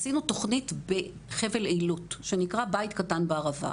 עשינו תוכנית בחבל אילות שנקרא בית קטן בערבה.